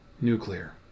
Nuclear